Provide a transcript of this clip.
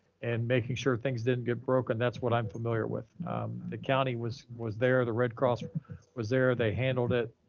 and making sure things didn't get broken. that's what i'm familiar with the county was was there, the red cross was there. they handled it.